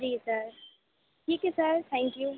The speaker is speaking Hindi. जी सर ठीक है सर थैंक यू